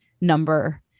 number